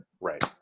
Right